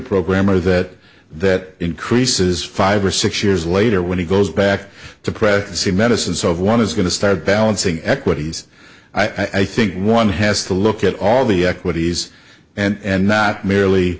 programmer that that increases five or six years later when he goes back to presidency medicine so if one is going to start balancing equities i think one has to look at all the equities and not merely